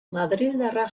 madrildarra